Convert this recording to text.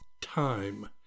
time